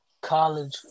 college